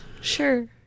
sure